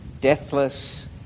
deathless